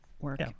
work